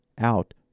out